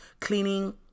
Cleaning